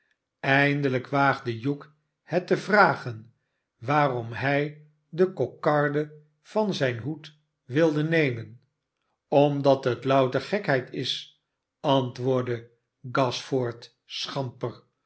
eindelijk waagde hugh het te vragen waarom hij de kokarde van zijn hoed wilde nemen somdat het louter gekheid is antwoordde gashford schamper